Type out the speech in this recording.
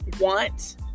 want